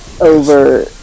Over